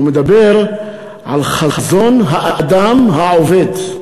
הוא מדבר על חזון האדם העובד.